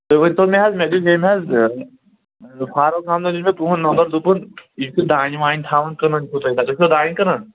تُہۍ ؤنۍتو مےٚ حظ مےٚ دیُت ییٚمۍ حظ فاروق احمدَن دیُت مےٚ تُہُنٛد نمبر دوٚپُن یہِ چھُ دانہِ وانہِ تھاوان کٕنان تُہۍ چھُوا دانہِ کٕنان